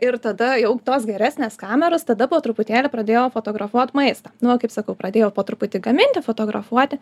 ir tada jau tos geresnės kameros tada po truputėlį pradėjau fotografuot maistą nu va kaip sakau pradėjau po truputį gaminti fotografuoti